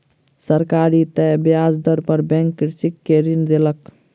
सरकारी तय ब्याज दर पर बैंक कृषक के ऋण देलक